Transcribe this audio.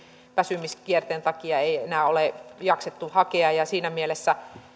väsymiskierteen takia ei enää ole jaksettu hakea siinä mielessä